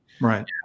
Right